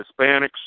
Hispanics